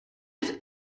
heeft